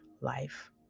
life